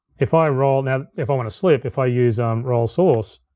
if i roll, now if i wanna slip, if i use um roll source,